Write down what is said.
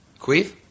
Queef